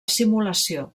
simulació